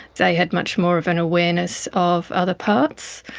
they had much more of an awareness of other parts.